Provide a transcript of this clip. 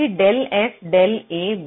del g del a b bar